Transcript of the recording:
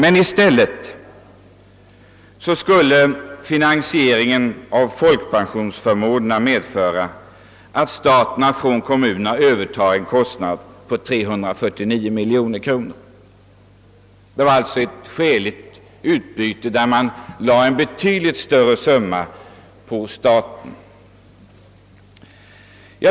I stället skulle finansieringen av folkpensionsförmånerna medföra att staten från kommunerna övertog en utgift på 349 miljoner kronor. Det var alltså fråga om ett skäligt utbyte, där man lade en betydligt större utgift på staten.